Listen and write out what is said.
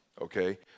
Okay